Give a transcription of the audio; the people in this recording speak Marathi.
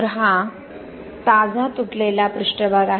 तर हा ताजा तुटलेला पृष्ठभाग आहे